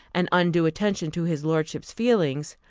and undue attention to his lordship's feelings,